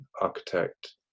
architect